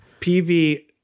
PV